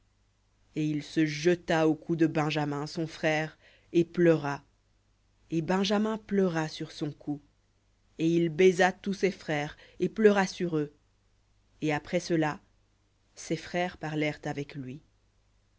et il se jeta au cou de benjamin son frère et pleura et benjamin pleura sur son cou et il baisa tous ses frères et pleura sur eux et après cela ses frères parlèrent avec lui